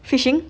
fishing